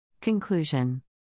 Conclusion